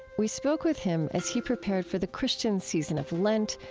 we spoke with him as he prepared for the christian season of lent,